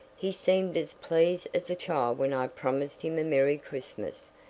he seemed as pleased as a child when i promised him a merry christmas,